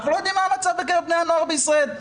אנחנו לא יודעים מה המצב בקרב בני נוער במדינת ישראל,